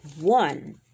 one